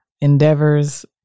endeavors